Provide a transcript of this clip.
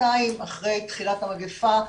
שנתיים אחרי תחילת המגיפה,